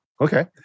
Okay